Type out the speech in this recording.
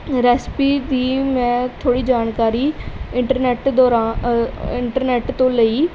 recipe ਦੀ ਮੈਂ ਥੋੜ੍ਹੀ ਜਾਣਕਾਰੀ ਇੰਟਰਨੈਟ ਦੌਰਾ ਇੰਟਰਨੈਟ ਤੋਂ ਲਈ